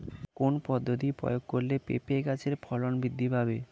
কোন পদ্ধতি প্রয়োগ করলে পেঁপে গাছের ফলন বৃদ্ধি পাবে?